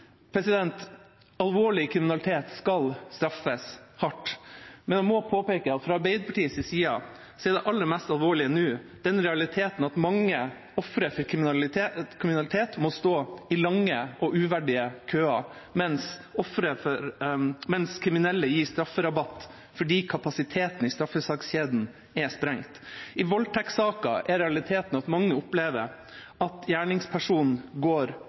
Alvorlig kriminalitet skal straffes hardt. Men jeg må påpeke at for Arbeiderpartiet er det aller mest alvorlige nå den realiteten at mange ofre for kriminalitet må stå i lange og uverdige køer, mens kriminelle gis strafferabatt fordi kapasiteten i straffesakskjeden er sprengt. I voldtektssaker er realiteten at mange opplever at gjerningspersonen går